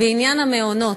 בעניין המעונות.